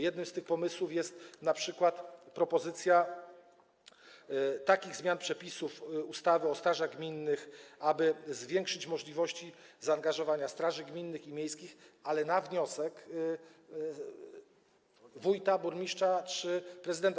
Jednym z tych pomysłów jest np. propozycja takich zmian przepisów ustawy o strażach gminnych, aby zwiększyć możliwości zaangażowania straży gminnych i miejskich, ale na wniosek wójta, burmistrza czy prezydenta.